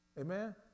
Amen